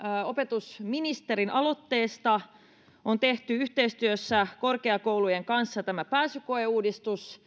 opetusministerin aloitteesta on tehty yhteistyössä korkeakoulujen kanssa tämä pääsykoeuudistus